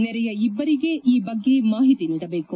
ನೆರೆಯ ಇಭ್ಗರಿಗೆ ಈ ಬಗ್ಗೆ ಮಾಹಿತಿ ನೀಡಬೇಕು